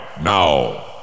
now